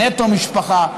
"נטו משפחה",